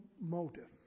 motive